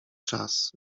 czas